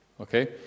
okay